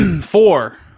Four